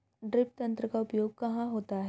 Drip तंत्र का उपयोग कहाँ होता है?